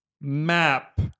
Map